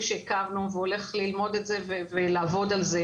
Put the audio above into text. שהקמנו והולך ללמוד את זה ולעבוד על זה,